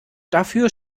dafür